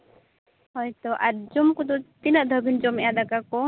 ᱦᱳᱭ ᱛᱚ ᱟᱨ ᱡᱚᱢ ᱠᱚᱫᱚ ᱛᱤᱱᱟᱹᱜ ᱫᱷᱟᱣ ᱵᱤᱱ ᱡᱚᱢᱮᱫᱼᱟ ᱫᱟᱠᱟ ᱠᱚ